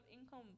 income